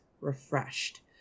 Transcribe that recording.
refreshed